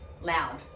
loud